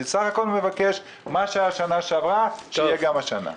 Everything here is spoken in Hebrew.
אני בסך הכול מבקש שמה שהיה בשנה שעברה יהיה גם השנה.